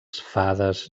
fades